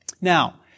Now